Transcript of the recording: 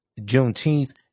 Juneteenth